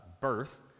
birth